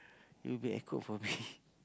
it'll be awkward for me